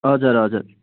हजुर हजुर